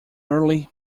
early